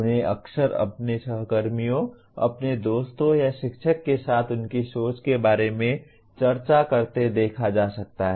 उन्हें अक्सर अपने सहकर्मियों अपने दोस्तों या शिक्षक के साथ उनकी सोच के बारे में चर्चा करते देखा जा सकता है